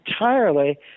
entirely